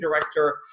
director